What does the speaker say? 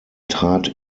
trat